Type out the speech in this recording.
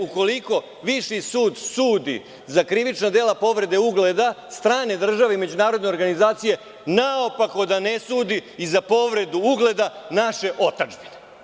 Ukoliko Viši sud sudi za krivična dela povrede ugleda strane države i međunarodne organizacije, naopako da ne sudi i za povredu ugleda naše otadžbine.